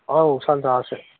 औ सानजाहासो